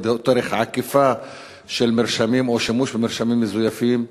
או בדרך עקיפה של שימוש במרשמים מזויפים,